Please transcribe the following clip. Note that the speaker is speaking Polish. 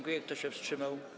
Kto się wstrzymał?